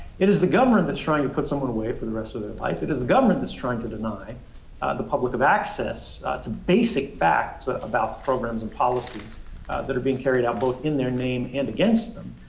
it is the government that's trying to put someone away for the rest of their life. it is the government that's trying to deny the public of access to basic facts ah about programs and policies that are being carried out both in their name and against them.